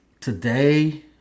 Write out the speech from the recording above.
Today